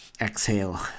exhale